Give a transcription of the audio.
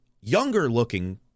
younger-looking